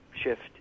shift